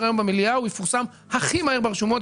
היום במליאה הוא יפורסם הכי מהר ברשומות.